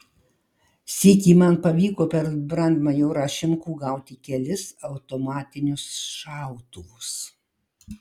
sykį man pavyko per brandmajorą šimkų gauti kelis automatinius šautuvus